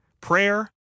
prayer